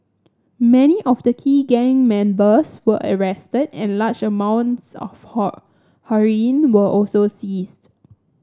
many of the key gun members were arrested and large amounts of heroin were also seized